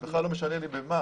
וזה בכלל לא משנה לי במה.